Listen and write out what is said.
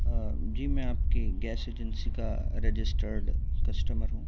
جی میں آپ کی گیس ایجنسی کا رجسٹرڈ کسٹمر ہوں